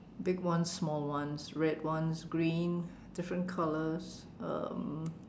big ones small ones red ones green different colours um